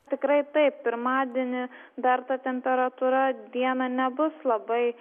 tikrai taip pirmadienį dar ta temperatūra dieną nebus labai